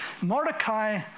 Mordecai